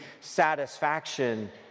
satisfaction